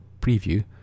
preview